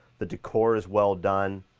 the decor is well done.